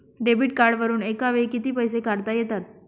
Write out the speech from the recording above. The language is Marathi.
डेबिट कार्डवरुन एका वेळी किती पैसे काढता येतात?